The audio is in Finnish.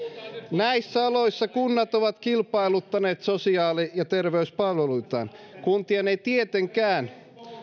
näissä oloissa kunnat ovat kilpailuttaneet sosiaali ja terveyspalveluitaan kuntien ei tietenkään